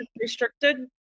restricted